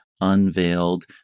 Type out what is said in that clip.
unveiled